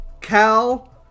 Cal